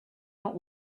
not